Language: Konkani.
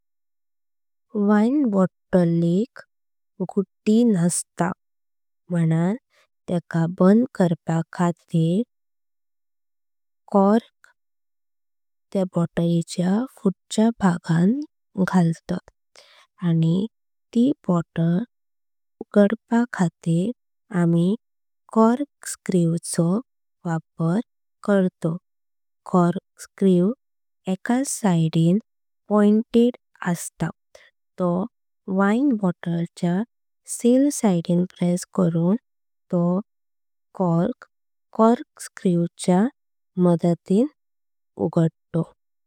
वाइन बॉटल लक गड्डी नस्त म्हणन तेका बंद करप खातीर। एक कॅप्सुल कसा बॉटल च्य फुडच्य भगान घालतात आणि। ती बॉटल उगडप खातीर आमी कॉर्कस्क्रू चो वापर करतों। कॉर्कस्क्रू एक सिडेन पॉइंटेड असता तो वाइन बॉटल च्य। सील सिडेन प्रेस करुन तो कॉर्क कॉर्कस्क्रू च्य मादतिन उगडतो।